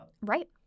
Right